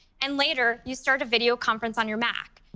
and later you start a video conference on your mac.